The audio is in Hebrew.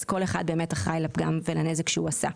אז כל אחד היה אחראי לפגם ולנזק שהוא עשה.